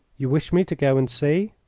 you wish me to go and see?